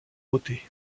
voter